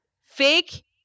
fake